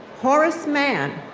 horace mann,